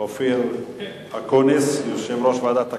אופיר אקוניס, יושב-ראש ועדת הכלכלה.